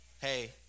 Hey